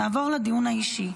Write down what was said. נעבור לדיון האישי.